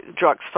drugs